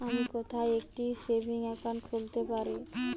আমি কোথায় একটি সেভিংস অ্যাকাউন্ট খুলতে পারি?